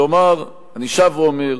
כלומר, אני שב ואומר,